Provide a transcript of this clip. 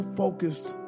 focused